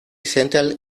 central